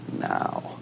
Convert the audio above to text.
now